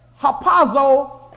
hapazo